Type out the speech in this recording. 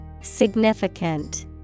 Significant